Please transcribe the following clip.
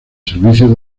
servicios